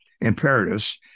imperatives